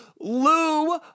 Lou